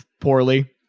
poorly